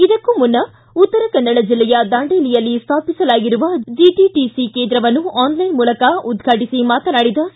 ಇದಕ್ಕೂ ಮುನ್ನ ಉತ್ತರ ಕನ್ನಡ ಜಿಲ್ಲೆಯ ದಾಂಡೇಲಿಯಲ್ಲಿ ಸ್ವಾಪಿಸಲಾಗಿರುವ ಜೆಟಿಟಿಸಿ ಕೇಂದ್ರವನ್ನು ಆನ್ಲೈನ್ ಮೂಲಕ ಉದ್ಘಾಟಿಸಿ ಮಾತನಾಡಿದ ಸಿ